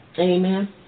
Amen